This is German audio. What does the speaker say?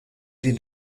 den